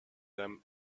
them